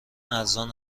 ارزان